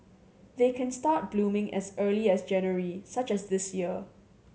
they can start blooming as early as January such as this year